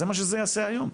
זה מה שזה יעשה היום,